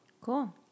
Cool